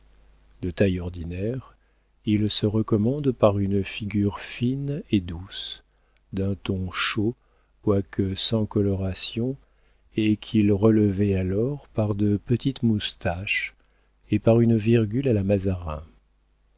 de taille ordinaire il se recommande par une figure fine et douce d'un ton chaud quoique sans coloration et qu'il relevait alors par de petites moustaches et par une virgule à la mazarin